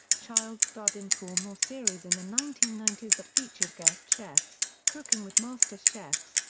child starred in four more series in the nineteen ninety that featured guest chefs cooking with master chefs,